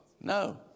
No